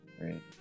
Right